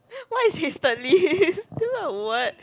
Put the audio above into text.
why is hastily still a word